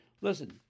Listen